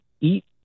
eat